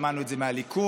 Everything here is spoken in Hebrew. שמענו את זה מהליכוד,